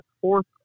fourth